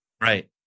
Right